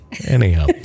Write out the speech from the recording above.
anyhow